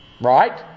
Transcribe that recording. Right